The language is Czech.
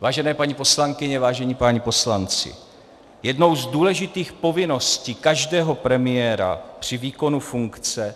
Vážené paní poslankyně, vážení páni poslanci, jednou z důležitých povinností každého premiéra při výkonu funkce